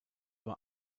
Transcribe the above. war